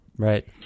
Right